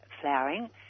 flowering